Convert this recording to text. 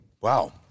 Wow